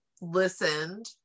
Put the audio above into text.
listened